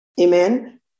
Amen